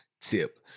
tip